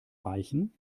reichen